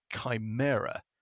chimera